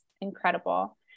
incredible